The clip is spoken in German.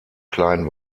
klein